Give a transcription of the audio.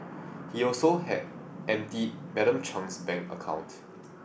he had also emptied Madam Chung's bank account